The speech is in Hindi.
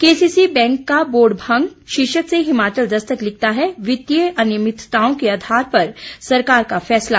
केसीसी बैंक का बोर्ड भंग शीर्षक से हिमाचल दस्तक लिखता है वित्तीय अनियमितताओं के आधार पर सरकार का फैसला